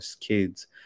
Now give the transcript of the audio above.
kids